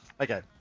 Okay